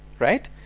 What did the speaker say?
right?